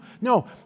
No